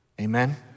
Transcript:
Amen